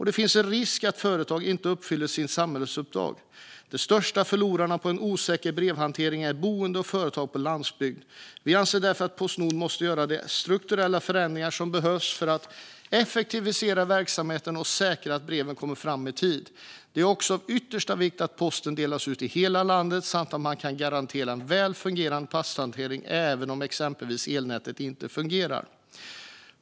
Det finns en risk att företaget inte uppfyller sitt samhällsuppdrag. De största förlorarna på en osäker brevhantering är boende och företag på landsbygden. Vi anser därför att Postnord måste göra de strukturella förändringar som behövs för att effektivisera verksamheten och säkra att breven kommer fram i tid. Det är också av yttersta vikt att posten delas ut i hela landet samt att man kan garantera en väl fungerande posthantering även om exempelvis elnätet inte fungerar.